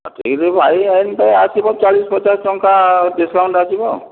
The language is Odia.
କାଟିକରି ଭାଇ ଆସିବ ଚାଳିଶ ପଚାଶ ଟଙ୍କା ଡିସ୍କାଉଣ୍ଟ ଆସିବ